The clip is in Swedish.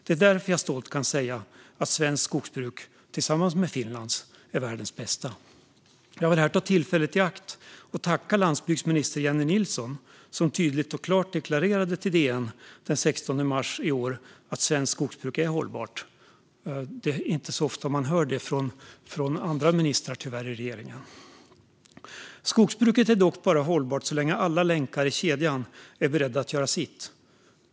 Det är därför jag stolt kan säga att svenskt skogsbruk, tillsammans med Finlands, är världens bästa. Jag vill här ta tillfället i akt att tacka landsbygdsminister Jennie Nilsson, som den 16 mars i år tydligt och klart deklarerade till DN att svenskt skogsbruk är hållbart. Det är tyvärr inte så ofta man hör detta från andra ministrar i regeringen. Skogsbruket är dock bara hållbart så länge alla länkar i kedjan är beredda att göra sitt.